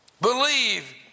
believe